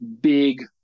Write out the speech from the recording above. big